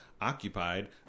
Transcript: occupied